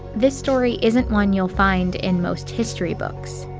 this story isn't one you'll find in most history books.